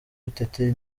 butete